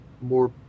more